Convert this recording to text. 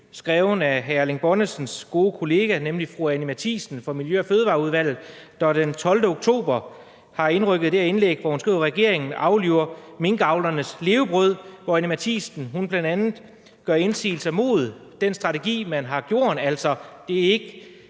skrevet af hr. Erling Bonnesens gode kollega, nemlig fru Anni Matthiesen fra Miljø- og Fødevareudvalget. Den 12. oktober indrykkede hun det her indlæg, hvor hun skriver: »Regeringen afliver minkavlernes levebrød«. Her gør Anni Matthiesen bl.a. indsigelser mod den strategi, man har haft. Altså, det er ikke,